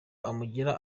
amugira